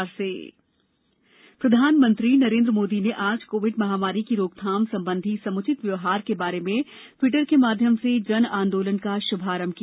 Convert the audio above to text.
Covid जागरूकता प्रधानमंत्री नरेन्द्र मोदी ने आज कोविड महामारी की रोकथाम संबंधी समुचित व्यवहार के बारे में ट्वीटर के माध्यम से जन आंदोलन का शुभारम्भ किया